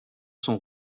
son